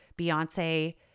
beyonce